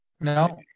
no